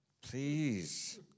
please